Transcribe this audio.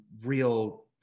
real